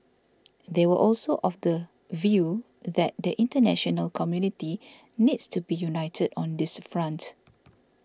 they were also of the view that the international community needs to be united on this front